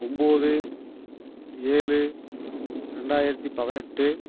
ஒம்போது ஏழு ரெண்டாயிரத்தி பதினெட்டு